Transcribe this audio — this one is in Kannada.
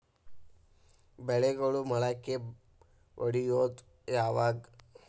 ಬೆಳೆಗಳು ಮೊಳಕೆ ಒಡಿಯೋದ್ ಯಾವಾಗ್?